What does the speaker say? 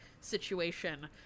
situation